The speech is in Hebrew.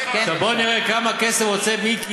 כמה זמן שהוא רוצה.